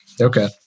Okay